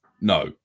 no